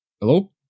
Hello